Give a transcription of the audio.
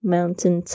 Mountain